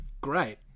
great